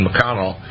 McConnell